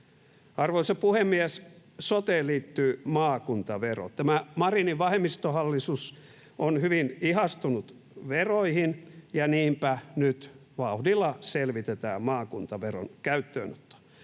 Arvoisa puhemies! Soteen liittyy maakuntavero. Tämä Marinin vasemmistohallitus on hyvin ihastunut veroihin, ja niinpä nyt vauhdilla selvitetään maakuntaveron käyttöönottoa.